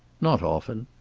not often.